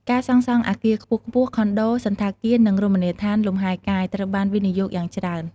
ការសាងសង់អគារខ្ពស់ៗ ខុនដូ សណ្ឋាគារនិងរមណីយដ្ឋានលំហែកាយត្រូវបានវិនិយោគយ៉ាងច្រើន។